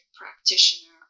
practitioner